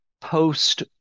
post